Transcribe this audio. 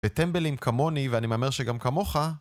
בטמבלים כמוני ואני אומר שגם כמוך